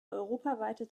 europaweite